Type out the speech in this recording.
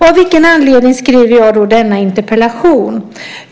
Av vilken anledning har jag då skrivit denna interpellation?